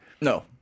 no